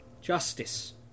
justice